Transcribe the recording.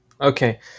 Okay